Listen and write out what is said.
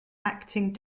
acting